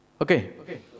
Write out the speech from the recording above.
Okay